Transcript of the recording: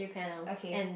okay